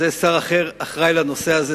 ושר אחר אחראי לנושא הזה,